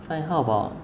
fine how about